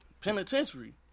penitentiary